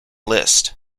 list